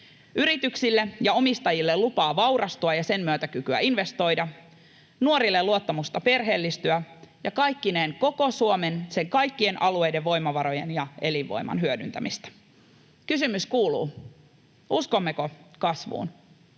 yrityksille ja omistajille lupaa vaurastua ja sen myötä kykyä investoida, nuorille luottamusta perheellistyä ja kaikkineen koko Suomen, sen kaikkien alueiden, voimavarojen ja elinvoiman hyödyntämistä. Kysymys kuuluu, uskommeko kasvuun,